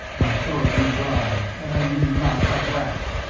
my throat grew dry and i knew not how to act.